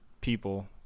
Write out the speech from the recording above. people